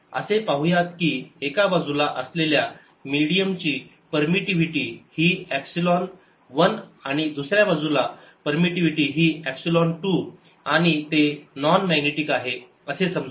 असे पाहुयात की एका बाजूला असलेल्या मीडियमची परमिटिव्हिटी ही एपसिलोन 1 आणि दुसऱ्या बाजूची परमिटिव्हिटी ही एपसिलोन 2 आणि ते नॉन मॅग्नेटिक आहे असे समजूया